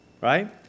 Right